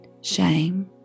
shame